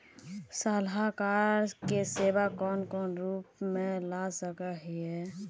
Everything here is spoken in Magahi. सलाहकार के सेवा कौन कौन रूप में ला सके हिये?